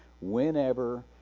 whenever